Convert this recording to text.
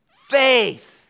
Faith